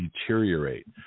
deteriorate